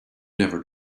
never